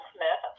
Smith